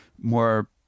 more